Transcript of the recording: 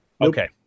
Okay